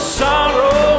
sorrow